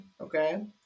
Okay